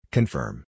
Confirm